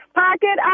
pocket